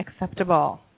acceptable